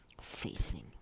facing